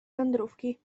wędrówki